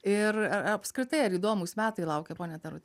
ir ar apskritai ar įdomūs metai laukia pone taruti